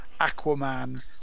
Aquaman